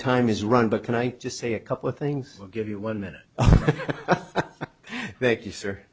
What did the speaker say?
time is run but can i just say a couple of things i'll give you one minute thank you sir